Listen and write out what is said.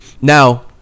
Now